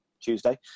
Tuesday